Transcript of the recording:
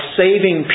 saving